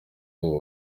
uwo